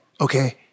okay